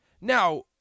Now